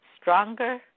stronger